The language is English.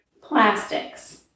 plastics